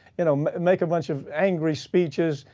you know, make a bunch of angry speeches,